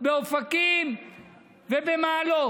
באופקים ובמעלות: